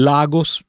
Lagos